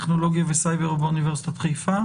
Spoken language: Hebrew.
טכנולוגיה וסייבר באוניברסיטת חיפה,